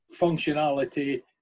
functionality